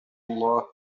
الله